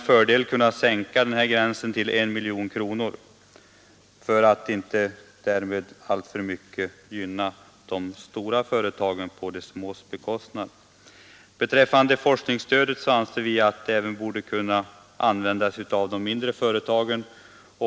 För att de stora företagen inte skall gynnas på de små företagens bekostnad borde gränsen sänkas till I miljon kronor. Beträffande forskningsstödet anser vi att det även borde kunna användas av de mindre företagen.